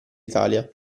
italia